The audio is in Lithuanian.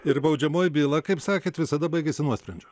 ir baudžiamoji byla kaip sakėt visada baigiasi nuosprendžiu